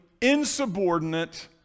insubordinate